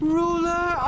ruler